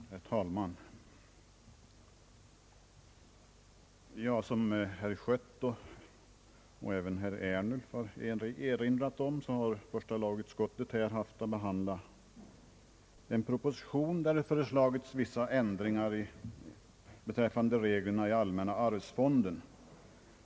Herr talman! Som herr Schött och även herr Ernulf erinrat om har första lagutskottet här haft att behandla en proposition där det föreslagits vissa ändringar beträffande reglerna för allmänna arvsfonden.